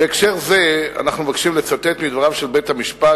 בהקשר זה אנו מבקשים לצטט מדבריו של בית-המשפט